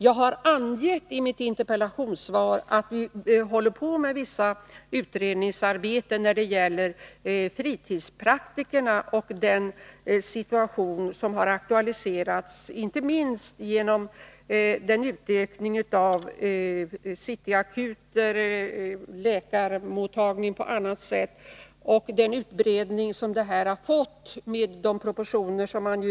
Jag har dock i mitt interpellationssvar angett att vi håller på med visst utredningsarbete när det gäller fritidspraktikerna och de frågor som i det sammanhanget har aktualiserats inte minst genom öppnandet av City Akuten, den utbredning som sådana här läkarmottagningar har fått och de proportioner som verksamheten väntas få.